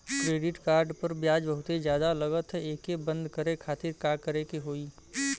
Credit card पर ब्याज बहुते ज्यादा लगत ह एके बंद करे खातिर का करे के होई?